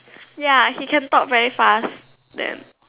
ya he can talk very fast damn